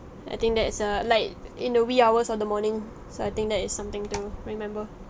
I think that is a like in the wee hours of the morning so I think that is something to remember